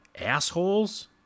Assholes